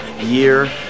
year